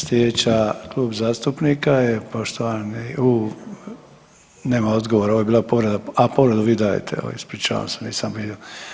Slijedeća klub zastupnika je poštovani, nema odgovora ovo je bila povreda, a povredu vi dajete evo ispričavam se nisam vidio.